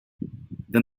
then